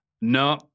No